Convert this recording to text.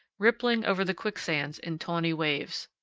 rippling over the quicksands in tawny waves.